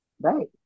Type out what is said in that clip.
Right